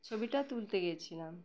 ছবিটা তুলতে গিয়েছিলাম